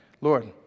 Lord